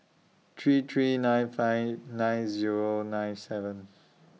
three three nine five nine Zero nine seven